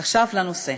עכשיו לנושא.